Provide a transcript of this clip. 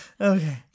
Okay